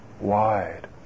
wide